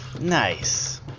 Nice